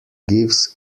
gives